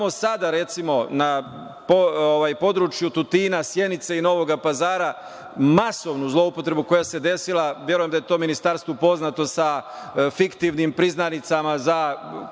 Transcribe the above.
sada, recimo, na području Tutina, Sjenice i Novoga Pazara, masovnu zloupotrebu koja se desila, a verujem da je tom ministarstvu poznato sa fiktivnim priznanicama za